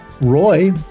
Roy